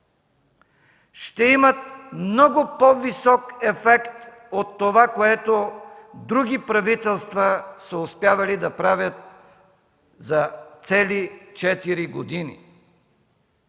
ще имат много по-висок ефект от това, което други правителства са успявали да правят за цели четири години.